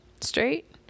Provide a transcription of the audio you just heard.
straight